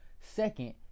Second